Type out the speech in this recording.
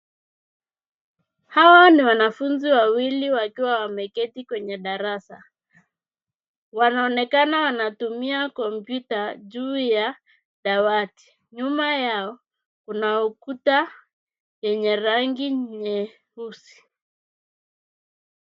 Hawa ni wanafunzi wawili wakiwa wameketi kwenye darasa. Wanaonekana wanatumia kompyuta juu ya dawati. Nyuma yao kuna ukuta yenye rangi nyeusi.